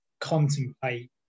contemplate